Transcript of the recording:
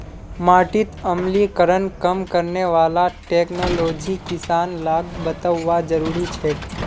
माटीत अम्लीकरण कम करने वाला टेक्नोलॉजी किसान लाक बतौव्वा जरुरी छेक